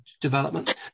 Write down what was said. development